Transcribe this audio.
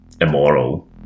immoral